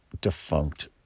defunct